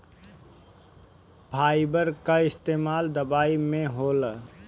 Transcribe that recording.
fibre कअ इस्तेमाल दवाई में होला